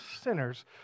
sinners